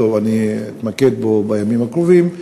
ואתמקד בו בימים הקרובים,